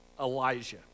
Elijah